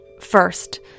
First